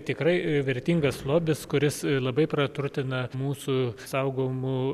tikrai vertingas lobis kuris labai praturtina mūsų saugomų